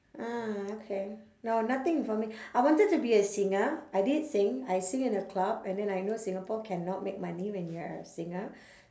ah okay no nothing for me I wanted to be a singer I did sing I sing in a club and then I know singapore cannot make money when you're a singer